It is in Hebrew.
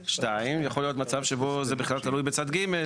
דבר שני, יכול להיות מצב שבו זה בכלל תלוי בצד ג'.